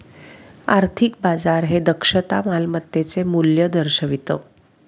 आर्थिक बाजार हे दक्षता मालमत्तेचे मूल्य दर्शवितं